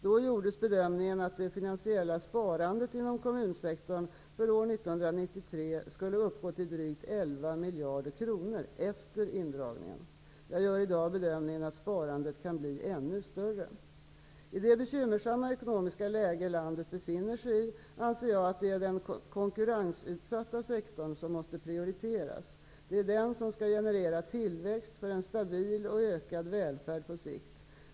Då gjordes bedömningen att det finansiella sparandet inom kommunsektorn för år 1993 ändå skulle uppgå till drygt 11 miljarder kronor efter indragningen. Jag gör i dag bedömningen att sparandet kan bli ännu större. I det bekymmersamma ekonomiska läge landet befinner sig i anser jag att det är den konkurrensutsatta sektorn som måste prioriteras. Det är den som skall generera tillväxt för en stabil och ökad välfärd på sikt.